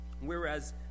whereas